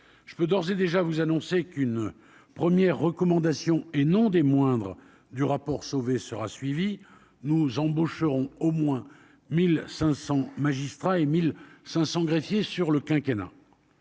je peux d'ores et déjà vous annoncer qu'une première recommandation et non des moindres, du rapport Sauvé sera suivie nous embaucherons au moins 1000 500 magistrats et 1000 500 greffier sur le quinquennat.